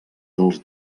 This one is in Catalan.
dels